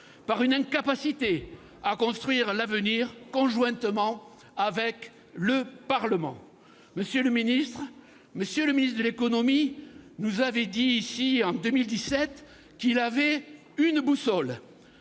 par une incapacité à construire l'avenir conjointement avec le Parlement. Monsieur le secrétaire d'État, le ministre de l'économie nous avait dit ici, en 2017, qu'il avait une boussole